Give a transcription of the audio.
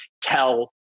tell